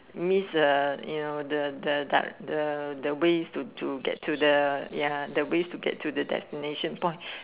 miss the you know the the the the ways to to get to the ya the ways to the destination point